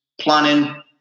planning